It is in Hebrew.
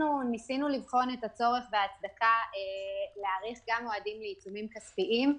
ניסינו לבחון את הצורך וההצדקה להאריך גם מועדים לעיצומים כספיים.